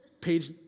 Page